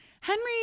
Henry